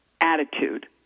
attitude